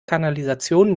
kanalisation